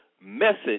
message